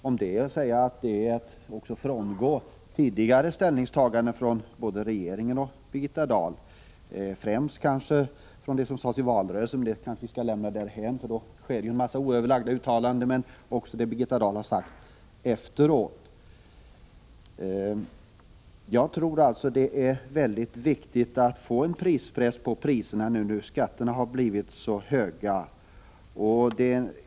Om detta är att säga att det vore att frångå tidigare ställningstaganden från både regeringen och Birgitta Dahl, främst det som sades i valrörelsen — men det kanske vi skall lämna därhän, för då skedde ju en massa oöverlagda uttalanden. Det gäller emellertid också det Birgitta Dahl har sagt därefter. Jag tror alltså det är viktigt att få en press på priserna nu när skatterna på bilismen har blivit så höga.